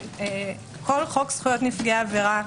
כל חוק זכויות נפגעי עבירה,